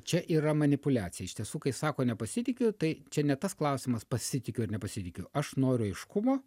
čia yra manipuliacija iš tiesų kai sako nepasitikiu tai čia ne tas klausimas pasitikiu ar nepasitikiu aš noriu aiškumo